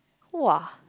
!wah!